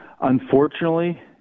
Unfortunately